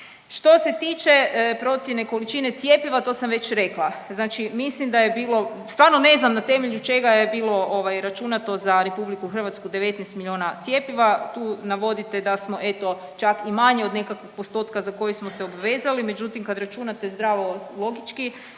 Što se tiče procjene količine cjepiva, to sam već rekla. Znači mislim da je bilo, stvarno ne znam na temelju čega je bilo ovaj računato za RH 19 miliona cjepiva. Tu navodite da smo eto čak i manje od nekakvog postotka za koji smo se obvezali, međutim kad računate zdravo logički